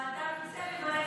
ואתה רוצה לברך אותו.